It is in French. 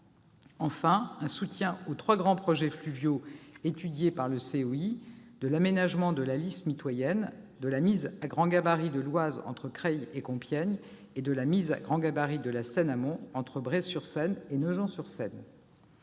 enfin, d'un soutien aux trois grands projets fluviaux étudiés par le COI : l'aménagement de la Lys mitoyenne, la mise à grand gabarit de l'Oise entre Creil et Compiègne et la mise à grand gabarit de la Seine amont entre Bray-sur-Seine et Nogent-sur-Seine.